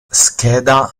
scheda